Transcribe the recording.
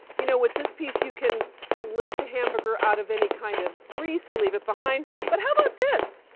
you know with this piece you can lift a hamburger out of any kind of grease and leave it behind. but how about this?